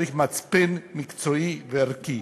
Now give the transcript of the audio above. צריך מצפן מקצועי וערכי.